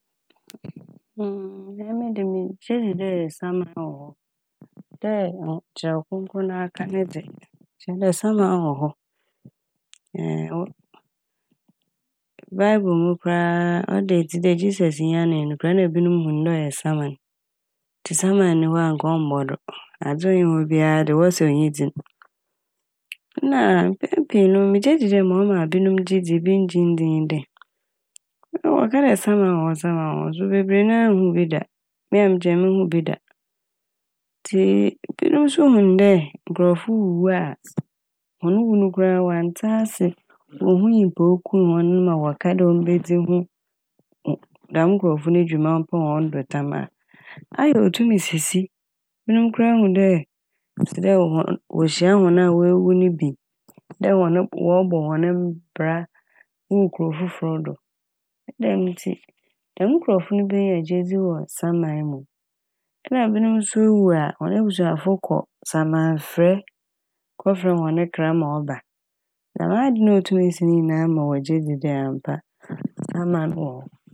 Emi dze megye dzi dɛ saman wɔ hɔ dɛ nwo- Kyerɛw Krɔnkrɔn no aka ne dze kyerɛ dɛ saman wɔ hɔ. mm-mm- "Bible" mu koraa a ɔda edzi dɛ Jesus nyanee no koraa a na ibinom hu ne dɛ ɔyɛ saman ntsi saman nni hɔ a anka ɔmmbɔ do. Adze onnyi hɔ bia a de wɔse onnyi dzin na a mpɛn pii no megye dzi dɛ ma ɔma ebinom gye dzi wɔnngye nndzi nye dɛ wɔka dɛ saman wɔ hɔ saman wɔ hɔ so bebree na a nnhu bi da. Me a megyina ha yi munnhu bi da ntsi binom so hu no dɛ nkorɔfo wuwu a hɔn wu no koraa a wɔanntse ase, wonnhu nyimpa a oku hɔn ma wɔka dɛ ombedzi ho n- dɛm nkorɔfo no dwuma mpo hɔn do tam a ayɛ a otum sisi, binom koraa hu dɛ ɔsɛ dɛ hɔn - wohyia hɔn a woewuwu ne bi dɛ wɔ ne hɔ - wɔbɔ hɔn ne m- bra ewɔ kurow fofor do ne dɛm ntsi dɛm nkorɔfo no benya gyedzi wɔ saman mu na binom so wu a hɔn ebusuafo kɔ samanfrɛ kɔfrɛ hɔn ne kra a ma wɔba dɛm ade no a otum si ne nyinaa ma wogye dzi dɛ ampa saman wɔ hɔ.